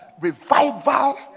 revival